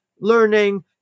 learning